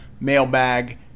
mailbag